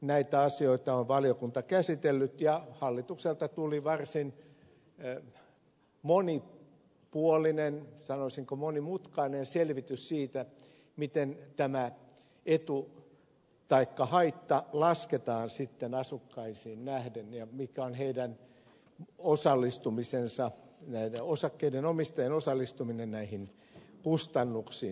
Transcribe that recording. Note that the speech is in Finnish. näitä asioita on valiokunta käsitellyt ja hallitukselta tuli varsin monipuolinen sanoisinko monimutkainen selvitys siitä miten tämä etu taikka haitta lasketaan sitten asukkaisiin nähden ja mikä on näiden osakkeiden omistajien osallistuminen näihin kustannuksiin